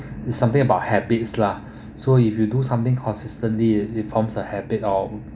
is something about habits lah so if you do something consistently it forms a habit of